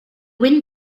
wind